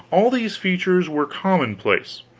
all these features were commonplace.